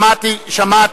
שמעתי.